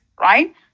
Right